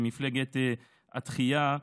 במפלגת התחייה,